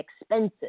expensive